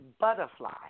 butterfly